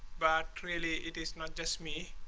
but really it is not just me.